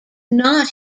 not